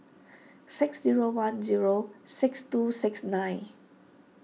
six zero one zero six two six nine